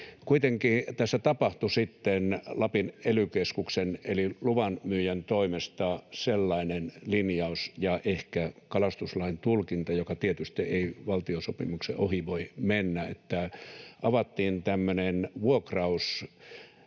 Kuitenkin tässä tapahtui sitten Lapin ELY-keskuksen eli luvanmyyjän toimesta sellainen linjaus ja ehkä kalastuslain tulkinta, joka tietysti ei valtiosopimuksen ohi voi mennä, että avattiin tämmöinen vuokraustoiminta,